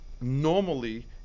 Normally